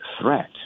threat